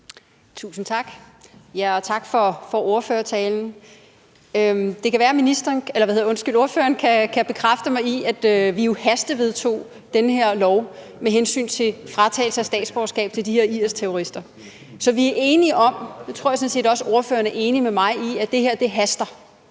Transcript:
Tusind tak, og tak for ordførertalen. Det kan være, at ordføreren kan bekræfte mig i, at vi jo hastevedtog den her lov med hensyn til fratagelse af statsborgerskab til de her IS-terrorister. Så vi er enige om – det tror jeg sådan set også ordføreren er enig med mig i – at det her haster,